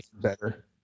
better